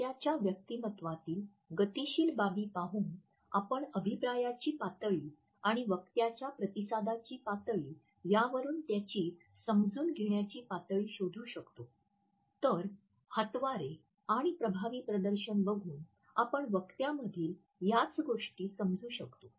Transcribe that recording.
श्रोत्याच्या व्यक्तिमत्त्वातील गतीशील बाबी पाहून आपण अभिप्रायाची पातळी आणि वक्ताच्या प्रतिसादाची पातळी यावरून त्याची समजून घेण्याची पातळी शोधू शकतो तर हातवारे आणि प्रभावी प्रदर्शन बघूनही आपण वक्त्यामधील याच गोष्टी समजू शकतो